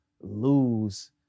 lose